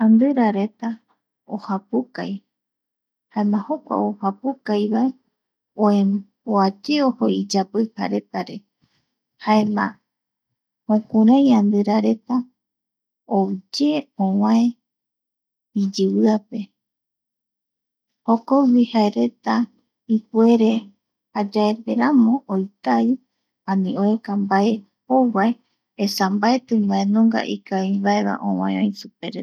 Andirareta ojapukai jaema jokua ojapukaivae oa ye ojo iyapijaretare, jaema jukurai andira ouye ovae iyiviape jokogui jaereta ipuere jayaeramo oitai ani oeka mbae jouva esa mbaeti mbae ikavimbaeva ovae oï supereta.